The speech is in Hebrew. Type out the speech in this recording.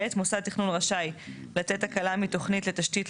המנגנון שמוצע כאן הוא לאפשר שהמחוקק -- כן כן דבר.